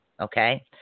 Okay